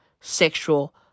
sexual